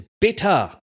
bitter